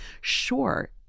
sure